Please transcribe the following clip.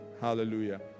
Hallelujah